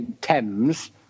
Thames